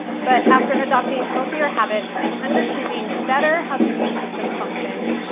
but after adopting healthier habits and understanding better how the immune system functioned,